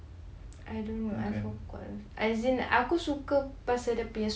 help me I want to build this machine using my apa entah yang chest dia apa eh battery eh